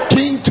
King